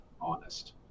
honest